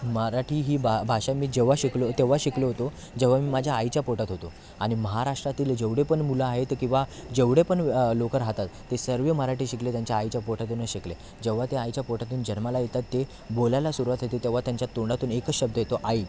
मराठी ही बा भाषा मी जेव्हा शिकलो तेव्हा शिकलो होतो जेव्हा मी माझ्या आईच्या पोटात होतो आणि महाराष्ट्रातील जेवढे पण मुलं आहेत किंवा जेवढे पण लोकं राहतात ते सर्व मराठी शिकले त्यांच्या आईच्या पोटातूनच शिकले जेव्हा ते आईच्या पोटातून जन्माला येतात ते बोलायला सुरुवात होते तेव्हा त्यांच्या तोंडातून एकच शब्द येतो आई